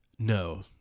No